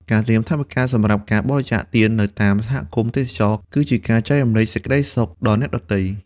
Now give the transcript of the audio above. ការត្រៀមថវិកាសម្រាប់ការបរិច្ចាគទាននៅតាមសហគមន៍ទេសចរណ៍ គឺជាការចែករំលែកសេចក្តីសុខដល់អ្នកដទៃ។